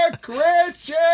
Christian